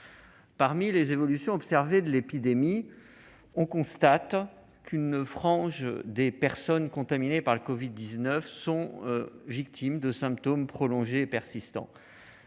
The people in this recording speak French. autres évolutions de l'épidémie, on constate qu'une frange des personnes contaminées par le covid-19 est victime de symptômes prolongés et persistants.